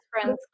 friends